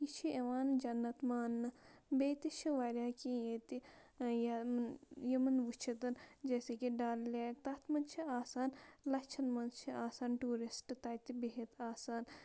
یہِ چھِ یِوان جنت مانٛنہٕ بیٚیہِ تہِ چھِ واریاہ کیٚنٛہہ ییٚتہِ یِمَن وٕچھِتھ جیسے کہِ ڈَل لیک تَتھ منٛز چھِ آسان لَچھَن منٛز چھِ آسان ٹوٗرِسٹ تَتہِ بِہِتھ آسان